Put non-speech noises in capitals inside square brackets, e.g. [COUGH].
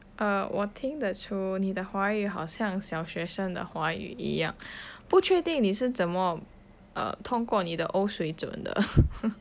err 我听得出你的华语好像小学生的华语一样不确定你是怎么:wo tingn de chu ni de hua yu hao xiang xiao xue sheng de hua yu yi yang bu que ding ni shi zen me err 通过你的 O 水准的 [LAUGHS]